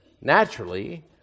naturally